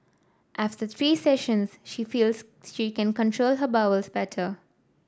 after three sessions she feels she can control her bowels better